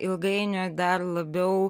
ilgainiui dar labiau